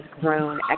grown